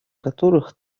которых